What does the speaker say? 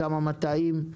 כמה מטעים,